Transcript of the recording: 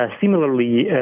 Similarly